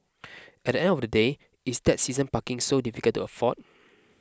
at the end of the day is that season parking so difficult to afford